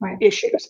issues